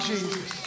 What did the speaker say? Jesus